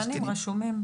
קבלנים רשומים.